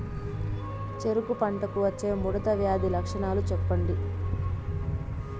చెరుకు పంటకు వచ్చే ముడత వ్యాధి లక్షణాలు చెప్పండి?